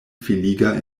filiga